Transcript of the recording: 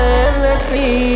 endlessly